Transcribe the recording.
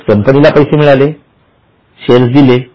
म्हणजे कंपनीला पैसे मिळाले शेअर्स दिले